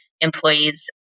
employees